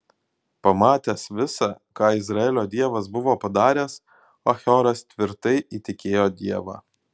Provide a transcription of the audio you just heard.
pamatęs visa ką izraelio dievas buvo padaręs achioras tvirtai įtikėjo dievą